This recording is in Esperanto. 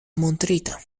montrita